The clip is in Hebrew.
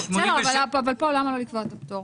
אבל פה למה לא לקבוע את הפטור?